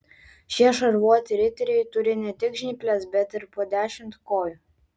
šie šarvuoti riteriai turi ne tik žnyples bet ir po dešimt kojų